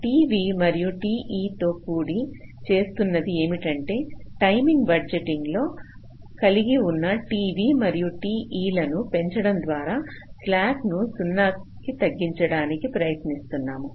t v మరియు t e తో కూడి చేస్తున్నది ఏమిటంటే టైమింగ్ బడ్జెట్లో కలిగి ఉన్న t v మరియు t e లను పెంచడం ద్వారా స్లాక్ను 0 కి తగ్గించడానికి ప్రయత్నిస్తున్నాము